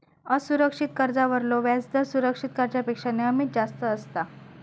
असुरक्षित कर्जावरलो व्याजदर सुरक्षित कर्जापेक्षा नेहमीच जास्त असता